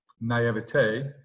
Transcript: naivete